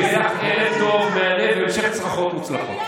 שיהיה לך ערב טוב, מהנה והמשך צרחות מוצלחות.